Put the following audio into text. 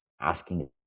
asking